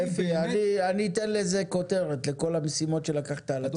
אפי אני אתן לזה כותרת לכל המשימות שלקחת על עצמך.